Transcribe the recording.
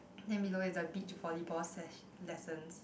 then below is a beach volleyball sess~ lessons